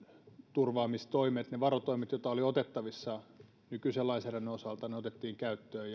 turvaamistoimet ne varotoimet joita oli otettavissa nykyisen lainsäädännön osalta otettiin käyttöön